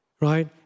right